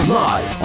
live